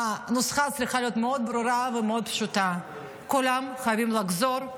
הנוסחה צריכה להיות מאוד ברורה ומאוד פשוטה: כולם חייבים לחזור,